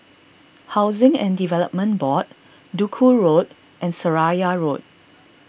Housing and Development Board Duku Road and Seraya Road